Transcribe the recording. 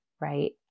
right